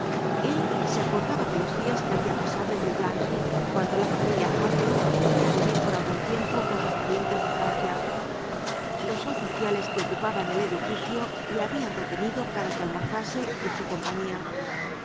el se acordaba de los días que había pasado en villeblanche cuando la familia hartrott fué á vivir por algún tiempo con sus parientes de francia los oficiales que ocupaban el edificio le habían retenido para que almorzase en su compañía